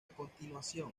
continuación